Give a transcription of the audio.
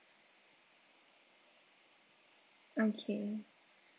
okay